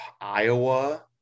Iowa